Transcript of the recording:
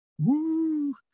Woo